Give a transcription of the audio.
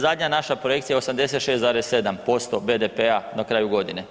Zadnja naša projekcija je 86,7% BDP-a na kraju godine.